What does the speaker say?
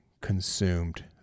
consumed